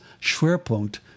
Schwerpunkt